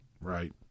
right